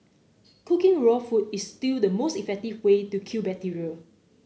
cooking raw food is still the most effective way to kill bacteria